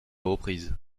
reprises